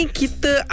kita